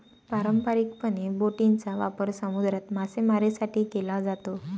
पारंपारिकपणे, बोटींचा वापर समुद्रात मासेमारीसाठी केला जातो